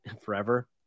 forever